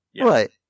right